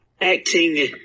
acting